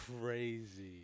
crazy